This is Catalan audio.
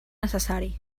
necessari